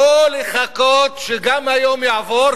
לא לחכות שגם היום יעבור,